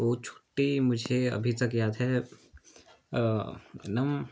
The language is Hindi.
वह छुट्टी मुझे अभी तक याद है एक दम